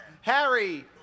Harry